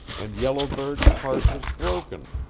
and yellow bird's heart was broken,